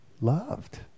loved